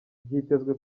byitezwe